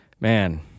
man